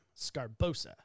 Scarbosa